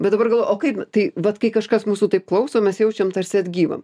bet dabar galvoju o kaip tai vat kai kažkas mūsų taip klauso mes jaučiam tarsi atgyvam